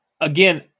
Again